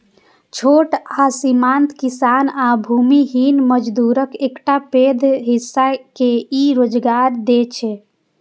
छोट आ सीमांत किसान आ भूमिहीन मजदूरक एकटा पैघ हिस्सा के ई रोजगार दै छै